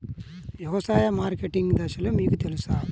వ్యవసాయ మార్కెటింగ్ దశలు మీకు తెలుసా?